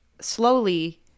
slowly